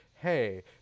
Hey